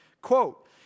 Quote